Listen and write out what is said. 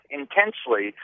intensely